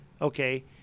Okay